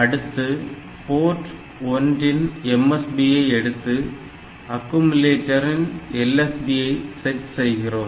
அடுத்து போர்ட் 1 இன் MSB ஐ எடுத்து அக்குமுலேட்டரின் LSB ஐ செட் செய்கிறோம்